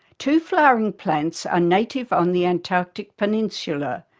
two flowering plants are native on the antarctic peninsula,